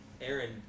Aaron